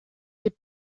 des